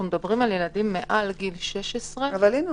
אנחנו מדברים על ילדים מעל גיל 16 --- אבל הינה,